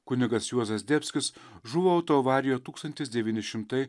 kunigas juozas zdebskis žuvo autoavarijoje tūkstantis devyni šimtai